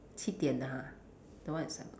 七点 ha the one at seven o-clock